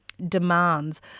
demands